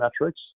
metrics